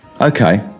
Okay